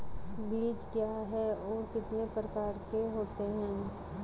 बीज क्या है और कितने प्रकार के होते हैं?